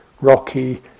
rocky